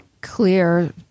clear